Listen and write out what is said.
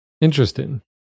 interesting